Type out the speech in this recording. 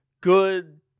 good